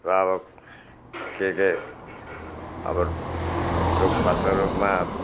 र अब के के अबो रुखपातहरूमा